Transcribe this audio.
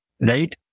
right